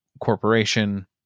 corporation